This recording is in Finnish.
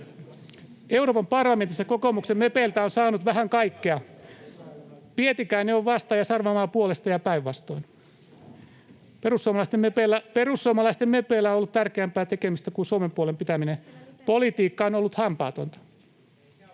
Euroopan parlamentissa kokoomuksen mepeiltä on saanut vähän kaikkea: Pietikäinen on vastaan ja Sarvamaa puolesta ja päinvastoin. Perussuomalaisten mepeillä on ollut tärkeämpää tekemistä kuin Suomen puolen pitäminen. Politiikka on ollut hampaatonta.